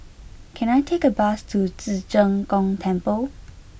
can I take a bus to Ci Zheng Gong Temple